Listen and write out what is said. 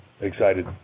excited